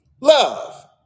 Love